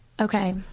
Okay